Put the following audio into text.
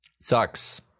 sucks